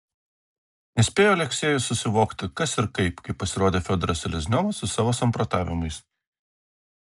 nespėjo aleksejus susivokti kas ir kaip kai pasirodė fiodoras selezniovas su savo samprotavimais